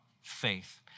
faith